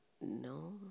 no